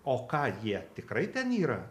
o ką jie tikrai ten yra